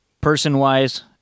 person-wise